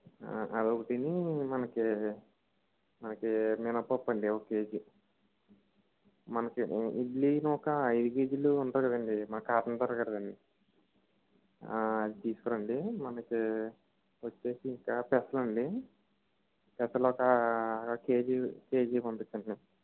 అదొకిటినీ మనకి మనకీ మినప్పప్పు అండి ఒక కేజీ మనకి ఇ ఇడ్లీ నూక ఐదు కేజీలు ఉంటాయి కదండి మన కాటన్ దొరగారిదండి అది తీసుకురండి మనకి వచ్చేసి ఇంకా పెసలండి పెసలు ఒక ఒక కేజీ కేజి పంపించండి